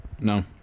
no